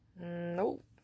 Nope